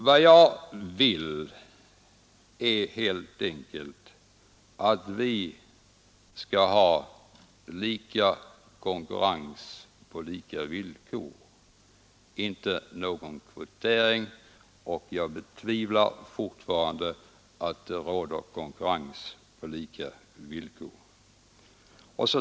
Vad jag vill är helt enkelt att vi skall ha lika konkurrens på lika villkor, inte någon kvotering, och jag betvivlar fortfarande att det råder konkurrens på lika villkor.